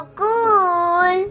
cool